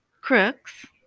crooks